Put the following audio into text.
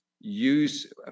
use